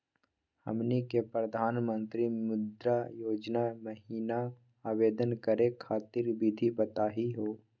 हमनी के प्रधानमंत्री मुद्रा योजना महिना आवेदन करे खातीर विधि बताही हो?